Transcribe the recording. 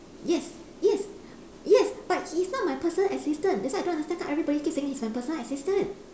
yes yes yes but he is not my personal assistant that's why I don't understand why everyone keep saying he's my personal assistant